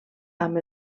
amb